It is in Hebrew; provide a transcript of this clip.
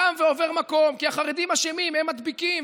קם ועובר מקום, כי החרדים אשמים, הם מדביקים.